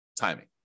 timing